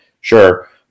sure